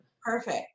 Perfect